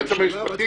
היועץ המשפטי